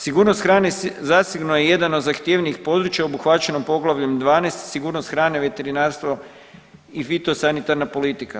Sigurnost hrane zasigurno je jedan od zahtjevnijih područja obuhvaćeno poglavljem 12 - Sigurnost hrane, veterinarstvo i fitosanitarna politika.